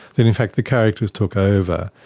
that in fact the characters took over.